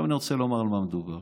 עכשיו אני רוצה לומר במה מדובר.